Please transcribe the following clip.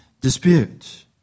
dispute